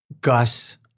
Gus